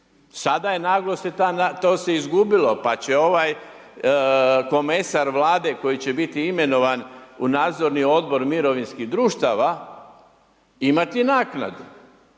Sada je naglo se ta to se izgubilo pa će ovaj komesar Vlade koji će biti imenovan u nadzorni odbor mirovinskih društava imati naknadu,